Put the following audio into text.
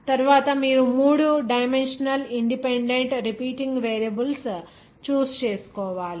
తరువాత మీరు మూడు dimensional independent repeating variables choose చేసుకోవాలి